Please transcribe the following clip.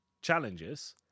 challenges